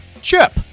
Chip